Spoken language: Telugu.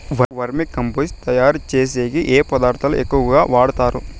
వర్మి కంపోస్టు తయారుచేసేకి ఏ పదార్థాలు ఎక్కువగా వాడుతారు